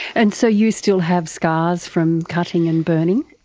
and so you still have scars from cutting and burning?